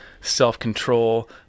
self-control